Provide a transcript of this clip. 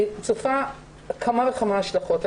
אני צופה כמה וכמה השלכות.